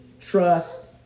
trust